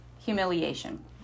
humiliation